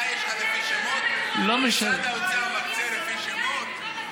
משרד האוצר מקצה לפי שמות?